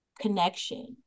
connection